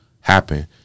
happen